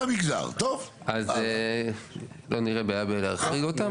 אז לא נראה בעיה בלהחריג אותם.